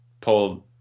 pulled